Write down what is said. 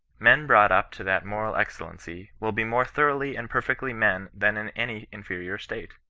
men brought up to that moral excellency will be more thoroughly and perfectly men than in any in ferior state.